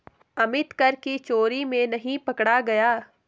अमित कर की चोरी में नहीं पकड़ा गया